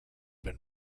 been